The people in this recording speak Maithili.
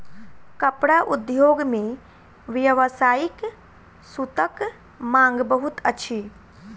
कपड़ा उद्योग मे व्यावसायिक सूतक मांग बहुत अछि